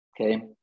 Okay